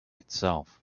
itself